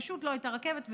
פשוט לא הייתה רכבת וזהו.